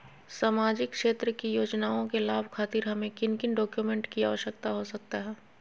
सामाजिक क्षेत्र की योजनाओं के लाभ खातिर हमें किन किन डॉक्यूमेंट की आवश्यकता हो सकता है?